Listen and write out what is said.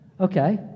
Okay